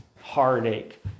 heartache